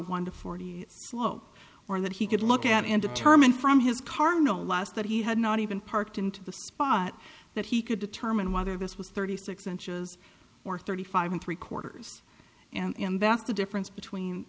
one to forty slope or that he could look at and determine from his cardinal last that he had not even parked into the spot that he could determine whether this was thirty six inches or thirty five and three quarters and that's the difference between